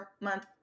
month